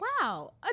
wow